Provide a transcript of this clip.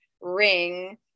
ring